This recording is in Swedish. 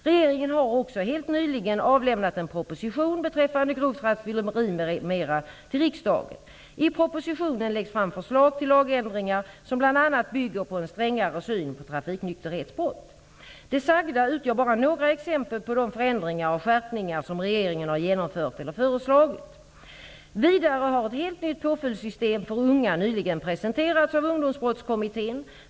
Regeringen har också helt nyligen avlämnat en proposition beträffande grovt rattfylleri m.m. till riksdagen. I propositionen läggs fram förslag till lagändringar som bl.a. bygger på en strängare syn på trafiknykterhetsbrott. Det sagda utgör bara några exempel på de förändringar och skärpningar som regeringen har genomfört eller förslagit. Vidare har ett helt nytt påföljdssystem för unga nyligen presenterats av Ungdomsbrottskommittén.